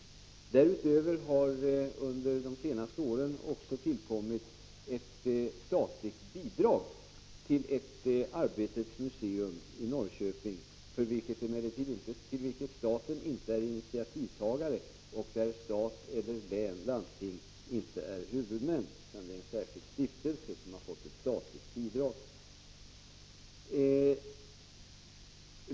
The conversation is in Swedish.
Därutöver har under de senaste åren tillkommit ett statligt bidrag till ett arbetets museum i Norrköping, till vilket staten emellertid inte är initiativtagare och där stat eller län/landsting inte är huvudman. Det är en särskild stiftelse som har fått ett statligt bidrag.